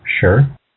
Sure